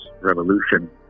revolution